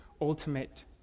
ultimate